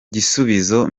gisubizo